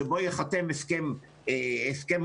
שבו ייחתם הסכם נוסף,